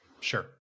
sure